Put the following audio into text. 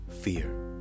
fear